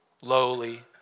lowly